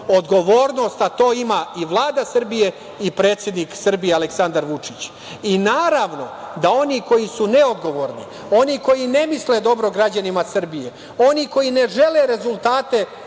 Odgovornost, a to ima i Vlada Srbije i predsednik Srbije Aleksandar Vučić. Naravno da oni koji su neodgovorni, oni koji ne misle dobro građanima Srbije, oni koji ne žele rezultate